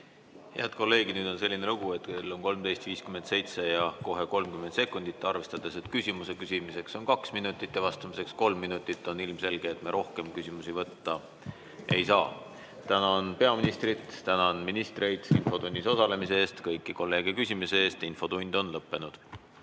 Head kolleegid, nüüd on selline lugu, et kell on 13.57 ja kohe 30 sekundit. Arvestades, et küsimuse küsimiseks on kaks minutit ja vastamiseks kolm minutit, on ilmselge, et me rohkem küsimusi võtta ei saa. Tänan peaministrit, tänan ministreid infotunnis osalemise eest ja kõiki kolleege küsimise eest! Infotund on lõppenud.